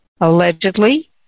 Allegedly